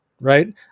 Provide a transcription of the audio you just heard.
right